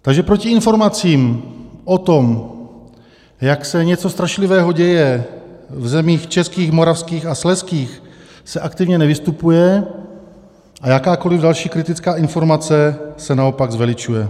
Takže proti informacím o tom, jak se něco strašlivého děje v zemích českých, moravských a slezských, se aktivně nevystupuje a jakákoli další kritická informace se naopak zveličuje.